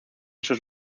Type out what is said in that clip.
sus